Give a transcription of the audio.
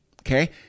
Okay